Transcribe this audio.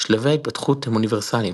שלבי ההתפתחות הם אוניברסליים.